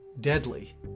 deadly